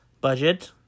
budget